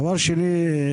שנית,